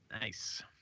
Nice